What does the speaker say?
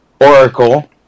Oracle